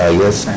yes